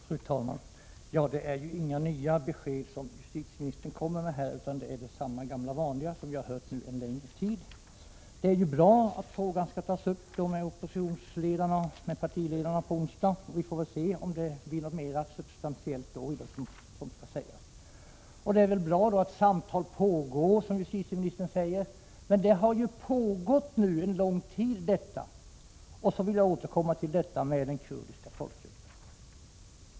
Fru talman! Ja, det är inte några nya besked som justitieministern här kommer med utan det är samma gamla vanliga besked som vi hört en längre tid. Det är bra att frågan skall tas upp med partiledarna på onsdag. Vi får väl se om det då sägs något mera substantiellt. Och det är bra att, som justitieministern säger, samtal pågår. Men sådana har ju pågått en lång tid. Sedan vill jag återkomma till detta med den kurdiska folkgruppen.